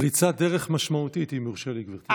פריצת דרך משמעותית, אם יורשה לי, גברתי השרה.